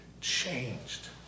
changed